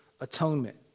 atonement